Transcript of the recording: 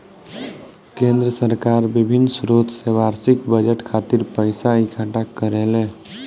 केंद्र सरकार बिभिन्न स्रोत से बार्षिक बजट खातिर पइसा इकट्ठा करेले